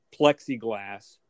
plexiglass